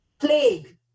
plague